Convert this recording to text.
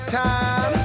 time